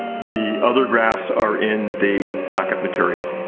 the other graphs are in the docket material.